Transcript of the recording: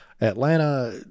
Atlanta